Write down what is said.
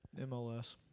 MLS